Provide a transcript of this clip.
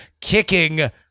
kicking